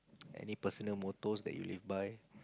any personal mottos that you live by